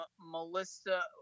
Melissa